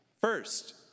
First